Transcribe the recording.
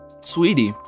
sweetie